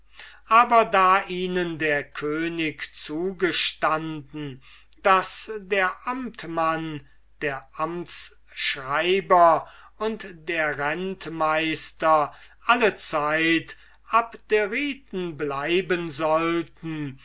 aber da ihnen der könig zugestanden daß der amtmann der amtsschreiber und der rentmeister allezeit abderiten bleiben sollten